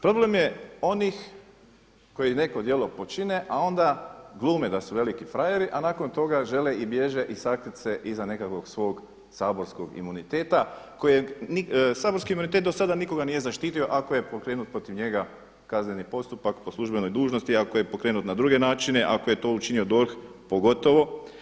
Problem je onih koji neko djelo počine a onda glume da su veliki frajeri a nakon toga žele i bježe i sakriti se iza nekog svog saborskog imuniteta kojeg, saborski imunitet do sada nikoga nije zaštitio ako je pokretnu protiv njega kazneni postupak po službenoj dužnosti, ako je pokrenut na druge načine, ako je to učinio DORH pogotovo.